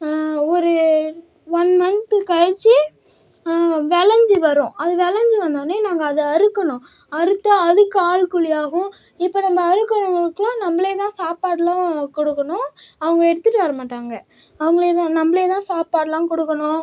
ஒரு one month கழித்து விளைஞ்சு வரும் அது விளைஞ்சு வந்தோனே நாங்கள் அதை அறுக்கணும் அறுத்து அதுக்கு ஆளு கூலியாகும் இப்போ நம்ம அறுக்கிறவங்களுக்குலாம் நம்மளே தான் சாப்பாடுலாம் கொடுக்கணும் அவங்க எடுத்துகிட்டு வர மாட்டாங்க நம்மளே தான் நம்மளே தான் சாப்பாடுலாம் கொடுக்கணும்